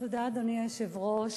אדוני היושב-ראש,